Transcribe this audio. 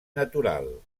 natural